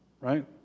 right